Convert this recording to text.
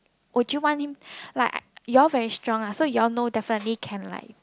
would you want him like you all very strong lah so you all know definitely can like